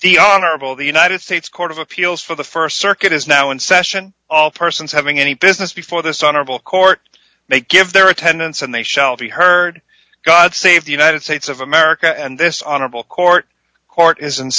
the honorable the united states court of appeals for the st circuit is now in session all persons having any business before this honorable court make give their attendance and they shall be heard god save the united states of america and this honorable court court is